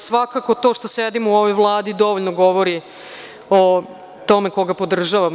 Svakako, to što sedim u ovoj Vladi dovoljno govori o tome ko ga podržavam.